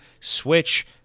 switch